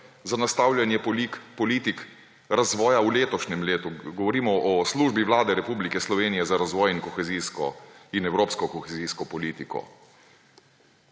za nastavljanje politik razvoja v letošnjem letu. Govorimo o Službi Vlade Republike Slovenije za razvoj in evropsko kohezijsko politiko.